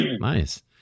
nice